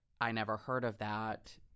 I-never-heard-of-that